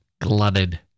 glutted